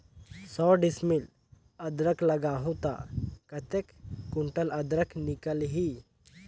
सौ डिसमिल अदरक लगाहूं ता कतेक कुंटल अदरक निकल ही?